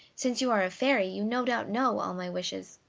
since you are a fairy you no doubt know all my wishes.